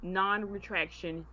non-retraction